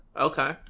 Okay